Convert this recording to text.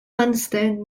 understand